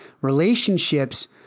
Relationships